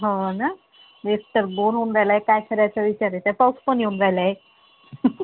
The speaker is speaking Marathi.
हो ना तेच तर बोर होऊन राहिलं आहे काय करायचं विचार आहे तर पाऊस पण येऊन राहिला आहे